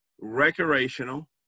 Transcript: recreational